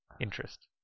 Interest